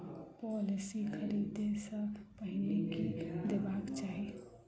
Policy खरीदै सँ पहिने की देखबाक चाहि?